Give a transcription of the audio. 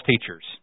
teachers